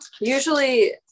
Usually